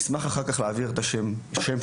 אני אשמח להעביר אחר כך את השם שלו.